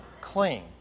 clean